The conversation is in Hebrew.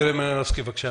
יוליה מלינובסקי, בבקשה.